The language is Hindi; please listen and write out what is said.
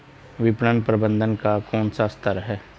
विपणन प्रबंधन का कौन सा स्तर है?